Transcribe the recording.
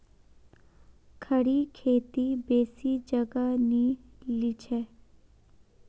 खड़ी खेती बेसी जगह नी लिछेक